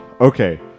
Okay